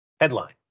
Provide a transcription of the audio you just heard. Headline